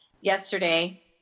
yesterday